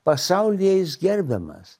pasaulyje jis gerbiamas